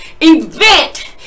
event